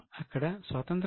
అక్కడ స్వాతంత్ర్యం లేదు